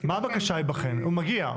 הוא מגיע.